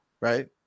right